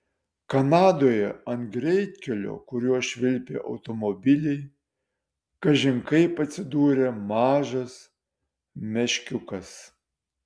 kanadoje ant greitkelio kuriuo švilpė automobiliai kažin kaip atsidūrė mažas meškiukas